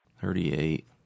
Thirty-eight